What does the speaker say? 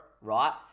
right